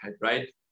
right